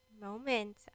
moment